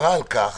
דיברה על כך